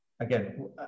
Again